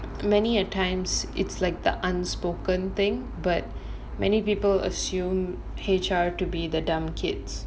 many a times it's like the unspoken thing but many people assume H_R to be the dumb kids